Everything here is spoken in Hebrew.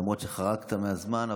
למרות שחרגת מהזמן,